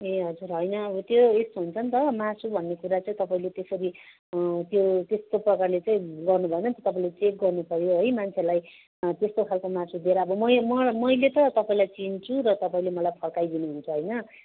ए हजुर होइन अब त्यो यस्तो हुन्छ नि त मासु भन्ने कुरा चाहिँ तपाईँले त्यसरी त्यो त्यस्तो प्रकारले चाहिँ गर्नु भएन नि त तपाईँले चेक गर्नु पऱ्यो है मान्छेलाई त्यस्तो खालको मासु दिएर अब मैले त तपाईँलाई चिन्छु र तपाईँले मलाई फर्काइदिनु हुन्छ होइन